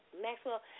Maxwell